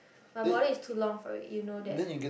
my body is too long for it you know that